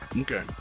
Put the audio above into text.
okay